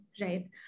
right